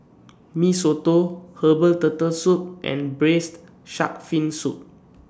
Mee Soto Herbal Turtle Soup and Braised Shark Fin Soup